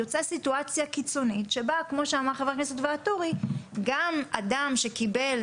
יש סיטואציה קיצונית שבה גם אדם שקיבל